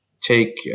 take